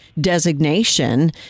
designation